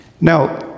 Now